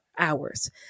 hours